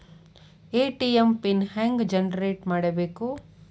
ATM PIN ಹೆಂಗ್ generate ಮಾಡಬೇಕು?